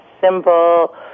simple